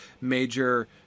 major